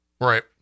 right